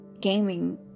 gaming